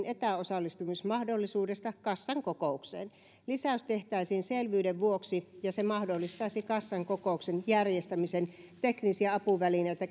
etäosallistumismahdollisuudesta kassan kokoukseen lisäys tehtäisiin selvyyden vuoksi ja se mahdollistaisi kassan kokouksen järjestämisen teknisiä apuvälineitä